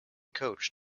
coach